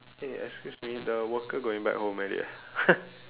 eh excuse me the worker going back home already eh